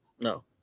No